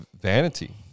vanity